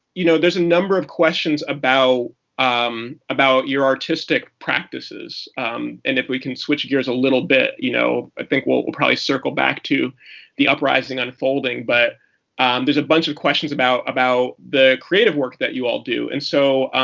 you know there's a number of questions about um about your artistic practices. and if we can switch gears a little bit, you know, i think we'll we'll probably circle back to the uprising unfolding. but there's a bunch of questions about about the creative work that you all do. and so